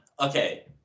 Okay